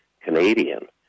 Canadian